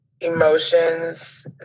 emotions